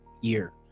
year